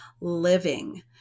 living